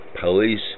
Police